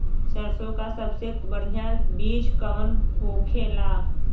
सरसों का सबसे बढ़ियां बीज कवन होखेला?